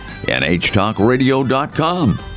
NHtalkradio.com